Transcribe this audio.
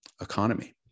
economy